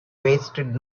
wasted